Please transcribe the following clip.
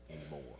anymore